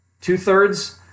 Two-thirds